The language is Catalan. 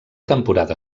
temporada